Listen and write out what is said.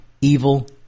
evil